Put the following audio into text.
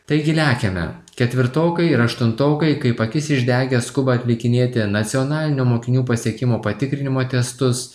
taigi lekiame ketvirtokai ir aštuntokai kaip akis išdegę skuba atlikinėti nacionalinio mokinių pasiekimo patikrinimo testus